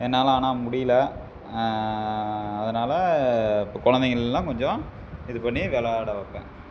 என்னால் ஆனால் முடியல அதனால் இப்போ குழந்தைகெல்லாம் கொஞ்சம் இது பண்ணி விளையாட வைப்பேன்